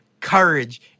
courage